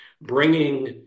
bringing